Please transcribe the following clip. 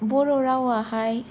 बर' रावाहाय